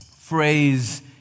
phrase